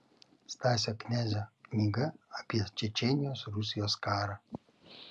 stasio knezio knyga apie čečėnijos rusijos karą